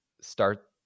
start